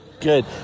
Good